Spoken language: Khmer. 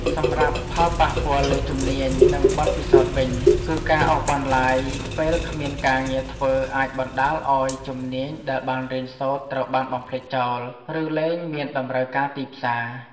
សម្រាប់ផលប៉ះពាល់លើជំនាញ និងបទពិសោធន៍វិញ គឺការអូសបន្លាយពេលគ្មានការងារធ្វើអាចបណ្ដាលឱ្យជំនាញដែលបានរៀនសូត្រត្រូវបានបំភ្លេចចោល ឬលែងមានតម្រូវការទីផ្សារ។